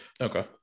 Okay